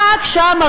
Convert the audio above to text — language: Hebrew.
רק שם,